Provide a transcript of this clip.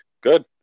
Good